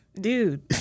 Dude